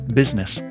business